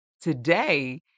today